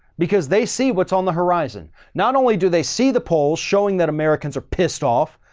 because they see what's on the horizon. not only do they see the polls showing that americans are pissed off,